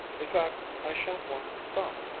in fact i shan't want to stop,